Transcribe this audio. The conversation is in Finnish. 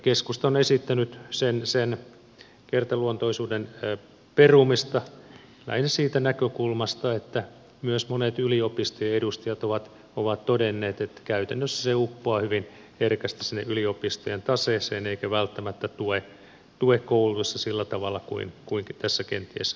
keskusta on esittänyt sen kertaluontoisuuden perumista lähinnä siitä näkökulmasta että myös monet yliopistojen edustajat ovat todenneet että käytännössä se uppoaa hyvin herkästi sinne yliopistojen taseeseen eikä välttämättä tue koulutusta sillä tavalla kuin tässä kenties ajatellaan